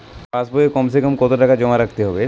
পাশ বইয়ে কমসেকম কত টাকা জমা রাখতে হবে?